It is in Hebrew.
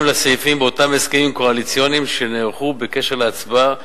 לסעיפים באותם הסכמים קואליציוניים שנערכו בקשר להצבעה